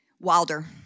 Wilder